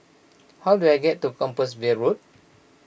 how do I get to Compassvale Road